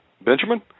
Benjamin